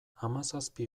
hamazazpi